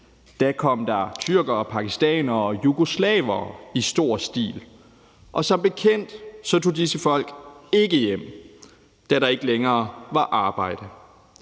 der kom tyrkere, pakistanere og jugoslavere i stor stil. Og som bekendt tog disse folk ikke hjem, da der ikke længere var arbejde,